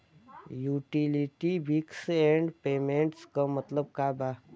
Utility bills and payments क मतलब का बा?